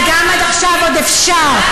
וגם עכשיו עוד אפשר,